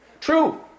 True